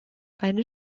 eine